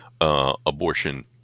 abortion